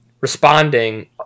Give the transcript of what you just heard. responding